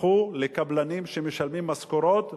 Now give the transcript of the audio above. הפכו לקבלנים שמשלמים משכורות,